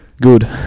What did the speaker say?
Good